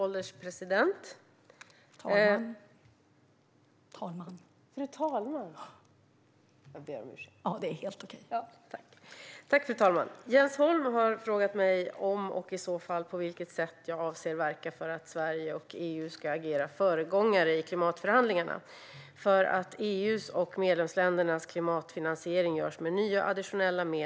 Fru talman! Jens Holm har frågat mig om och i så fall på vilket sätt jag avser att verka för att Sverige och EU ska agera föregångare i klimatförhandlingarna och för att EU:s och medlemsländernas klimatfinansiering ska göras med nya och additionella medel.